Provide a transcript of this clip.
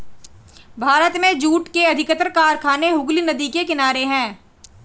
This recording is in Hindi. भारत में जूट के अधिकतर कारखाने हुगली नदी के किनारे हैं